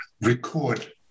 record